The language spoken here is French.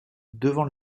devant